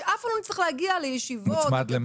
שאף פעם לא נצטרך להגיע לישיבות --- מוצמד למה?